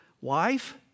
Wife